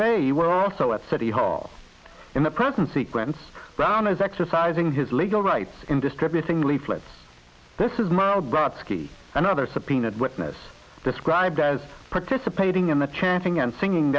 they were also at city hall in the present sequence brown is exercising his legal rights in distributing leaflets this is margaret city another subpoenaed witness described as participating in the chanting and singing